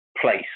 place